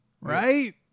Right